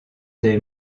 des